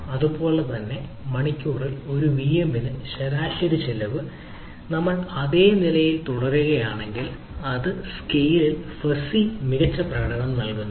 അതുപോലെ തന്നെ മണിക്കൂറിൽ ഒരു വിഎമ്മിന് ശരാശരി ചിലവ് നമ്മൾ അതേ രീതിയിൽ നോക്കുകയാണെങ്കിൽ ഒരു സ്കെയിലിൽ ഫസ്സി മികച്ച ഫലം നൽകുന്നു